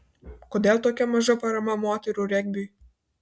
kodėl tokia maža parama moterų regbiui